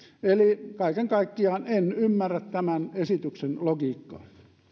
eli kaiken kaikkiaan en ymmärrä tämän esityksen logiikkaa